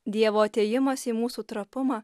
dievo atėjimas į mūsų trapumą